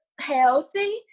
healthy